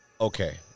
Okay